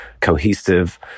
cohesive